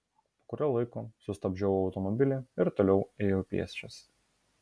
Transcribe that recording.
po kurio laiko sustabdžiau automobilį ir toliau ėjau pėsčias